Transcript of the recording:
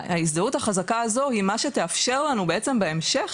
ההזדהות החזקה הזו היא מה שתאפשר לנו בעצם בהמשך